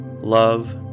love